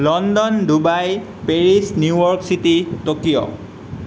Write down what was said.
London Dubai Paris New York city Tokyo